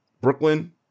Brooklyn